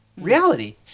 reality